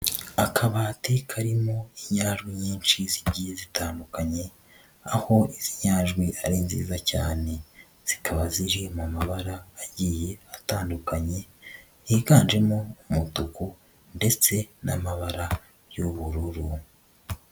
Akabati karimo nyajwi nyinshi zigiye zitandukanye, aho izi inyajwi ari nziza cyane, zikaba ziri mu mabara agiye atandukanye, higanjemo umutuku ndetse n'amabara y'ubururu.